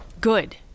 good